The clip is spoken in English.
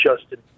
Justin